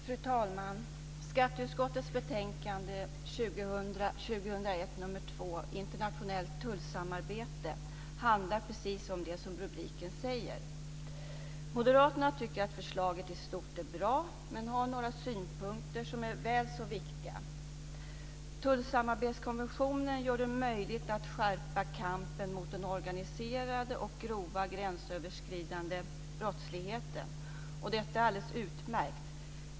Fru talman! Skatteutskottets betänkande 2000/01:SkU2, Internationellt tullsamarbete, handlar precis om det som rubriken säger. Moderaterna tycker att förslaget i stort är bra men har några synpunkter som är väl så viktiga. Tullsamarbetskonventioner gör det möjligt att skärpa kampen mot den organiserade och grova gränsöverskridande brottsligheten. Det är alldeles utmärkt.